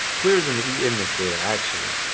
clearer than the emnist data actually.